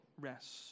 rest